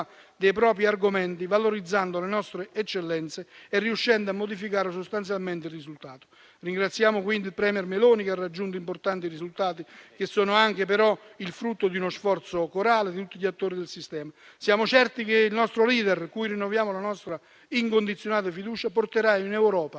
dei propri argomenti, valorizzando le nostre eccellenze e riuscendo a modificare sostanzialmente il risultato. Ringraziamo quindi il *premier* Meloni che ha raggiunto importanti risultati, che sono però anche il frutto di uno sforzo corale di tutti gli attori del sistema. Siamo certi che il nostro *Leader*, cui rinnoviamo la nostra incondizionata fiducia, porterà in Europa